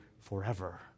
forever